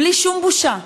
בלי שום בושה.